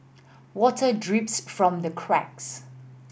water drips from the cracks